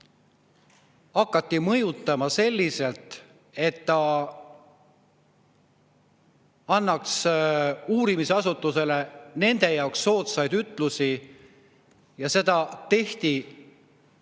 hakati mõjutama selliselt, et ta annaks uurimisasutusele nende jaoks soodsaid ütlusi. Teda